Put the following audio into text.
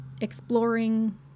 exploring